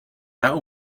now